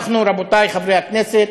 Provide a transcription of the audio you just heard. רבותי חברי הכנסת,